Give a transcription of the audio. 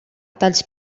talls